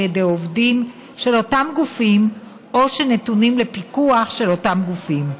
ידי עובדים של אותם גופים או שנתונים לפיקוח של אותם גופים.